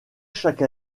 chaque